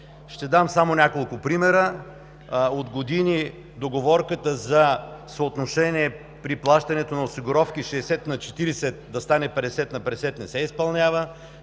Ще дам само няколко примера. От години договорката за съотношение при плащането на осигуровки 60:40 да стане 50:50 не се изпълнява